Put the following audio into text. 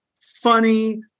funny